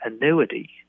annuity